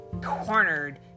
cornered